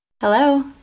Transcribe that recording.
Hello